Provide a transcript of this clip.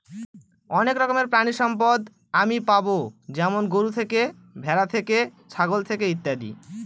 অনেক রকমের প্রানীসম্পদ আমি পাবো যেমন গরু থেকে, ভ্যাড়া থেকে, ছাগল থেকে ইত্যাদি